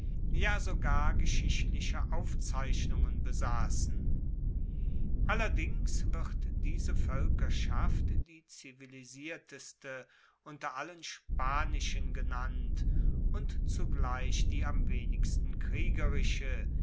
ja sogar geschichtliche aufzeichnungen besassen allerdings wird diese voelkerschaft die zivilisierteste unter allen spanischen genannt und zugleich die am wenigsten kriegerische